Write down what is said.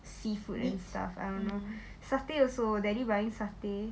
seafood and stuff I don't know satay also daddy buying satay